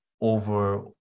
over-